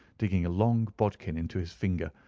digging a long bodkin into his finger,